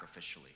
sacrificially